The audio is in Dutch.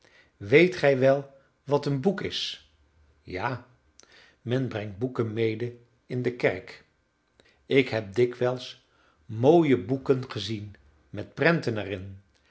weet gij wel wat een boek is ja men brengt boeken mede in de kerk ik heb dikwijls mooie boeken gezien met prenten erin